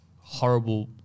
horrible